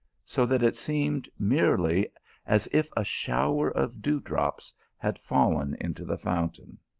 so that it seemed merely as if a shower of dewdrops had fallen into the fountain.